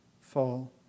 fall